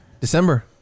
December